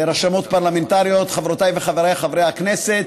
רשמות פרלמנטריות, חברותיי וחבריי חברי הכנסת,